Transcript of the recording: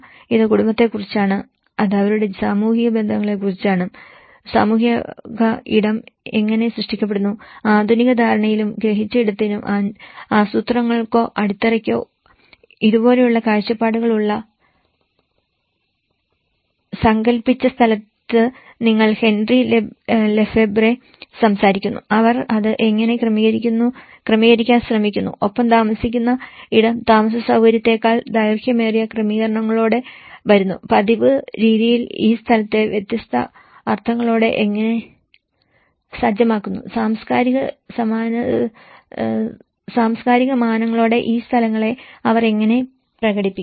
ഇത് കുടുംബത്തെക്കുറിച്ചാണ് അത് അവരുടെ സാമൂഹിക ബന്ധത്തെക്കുറിച്ചാണ് സാമൂഹിക ഇടം എങ്ങനെ സൃഷ്ടിക്കപ്പെടുന്നു ആധുനിക ധാരണയിലും ഗ്രഹിച്ച ഇടത്തിലും ആസൂത്രകർക്കോ അടിത്തറയ്ക്കോ ഇതുപോലെയുള്ള കാഴ്ചപ്പാടുകൾ ഉള്ള സങ്കൽപ്പിച്ച സ്ഥലത്ത് നിന്ന് ഹെൻറി ലെഫെബ്വ്രെ സംസാരിക്കുന്നു അവർ അത് എങ്ങനെ ക്രമീകരിക്കാൻ ശ്രമിക്കുന്നു ഒപ്പം താമസിക്കുന്ന ഇടം താമസ സൌകര്യത്തേക്കാൾ ദൈർഘ്യമേറിയ ക്രമീകരണങ്ങളോടെ വരുന്നു പതിവ് രീതികൾ ഈ സ്ഥലത്തെ വ്യത്യസ്തമായ അർത്ഥങ്ങളോടെ എങ്ങനെ സജ്ജമാക്കുന്നു സാംസ്കാരിക മാനങ്ങളോടെ ഈ സ്ഥലങ്ങളെ അവർ എങ്ങനെ പ്രകടിപ്പിക്കുന്നു